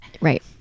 Right